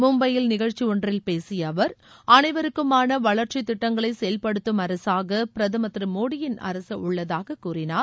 மும்பையில் நிகழ்ச்சி ஒன்றில் பேசிய அவா் அனைவருக்குமான வளா்ச்சித் திட்டங்களை செயல்படுத்தும் அரசாக பிரதமர் திரு மோடியின் அரசு உள்ளதாக கூறினார்